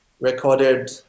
recorded